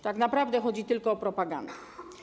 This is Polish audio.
Tak naprawdę chodzi tylko o propagandę.